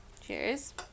cheers